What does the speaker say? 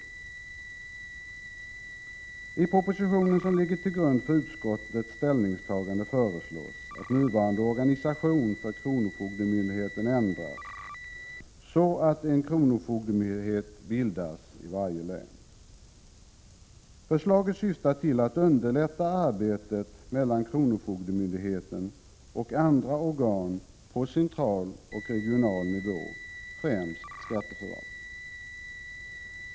I den proposition som ligger till grund för utskottets ställningstagande föreslås att nuvarande organisation för kronofogdemyndigheterna ändras, så att en kronofogdemyndighet bildas i varje län. Förslaget syftar till att underlätta arbetet mellan kronofogdemyndigheten och andra organ på central och regional nivå, främst skatteförvaltningen.